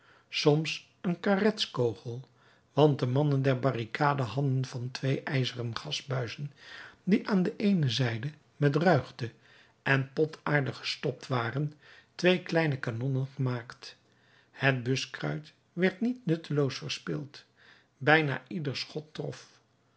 soms een kartetskogel want de mannen der barricade hadden van twee ijzeren gasbuizen die aan de eene zijde met ruigte en potaarde gestopt waren twee kleine kanonnen gemaakt het buskruit werd niet nutteloos verspild bijna ieder schot trof